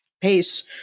pace